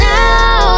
Now